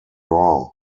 raw